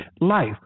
life